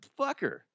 fucker